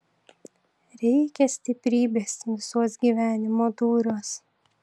reikia stiprybės visuos gyvenimo dūriuos